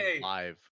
live